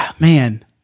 Man